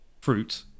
fruit